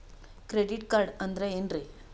Credit card ಅಂದ್ರ ಏನ್ರೀ?